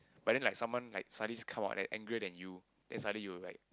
but then like someone likes suddenly comes out that angrier than you then suddenly you will like